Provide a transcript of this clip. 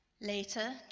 Later